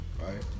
right